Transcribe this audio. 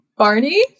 Barney